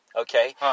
okay